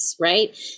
Right